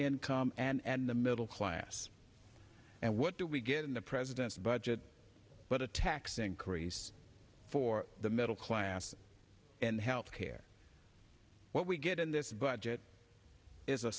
income and the middle class and what do we get in the president's budget but a tax increase for the middle class and health care what we get in this budget is a